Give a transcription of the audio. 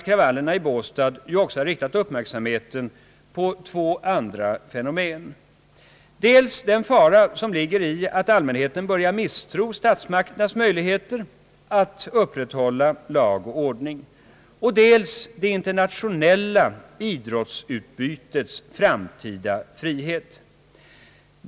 Kravallerna i Båstad har också riktat uppmärksamheten mot två andra problem, dels den fara som ligger i att allmänheten börjar misstro statsmakternas möjligheter att upprätthålla lag och ordning och dels det internationella idrottsutbytets framtida frihet.